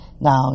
Now